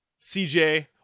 CJ